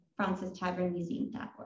francistavernmuseum.org